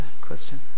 question